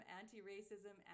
anti-racism